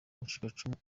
umucikacumu